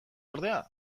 ordea